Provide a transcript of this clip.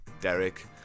Derek